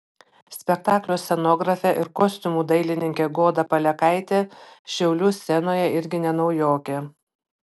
spektaklio scenografė ir kostiumų dailininkė goda palekaitė šiaulių scenoje irgi ne naujokė